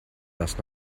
das